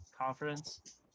Conference